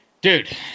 Dude